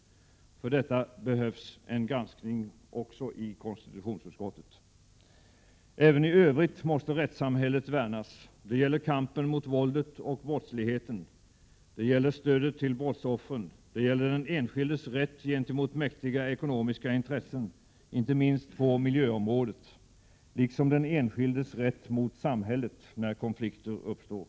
För detta krävs en granskning också i konstitutionsutskottet. Även i övrigt måste rättssamhället värnas. Det gäller kampen mot våldet och brottsligheten. Det gäller stödet till brottsoffren, det gäller den enskildes rätt gentemot mäktiga ekonomiska intressen — inte minst på miljöområdet — liksom den enskildes rätt emot samhället när konflikter uppstår.